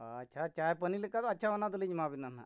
ᱟᱪᱪᱷᱟ ᱪᱟ ᱯᱟᱹᱱᱤ ᱞᱮᱠᱟ ᱫᱚ ᱟᱪᱪᱷᱟ ᱚᱱᱟ ᱫᱚᱞᱤᱧ ᱮᱢᱟᱣ ᱵᱤᱱᱟ ᱱᱟᱜ